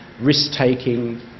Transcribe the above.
risk-taking